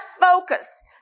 focus